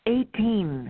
Eighteen